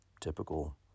typical